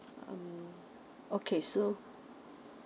mm okay so